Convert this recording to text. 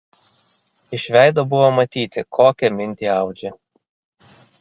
iš veido buvo matyti kokią mintį audžia